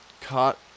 caught